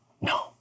No